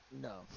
No